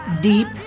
Deep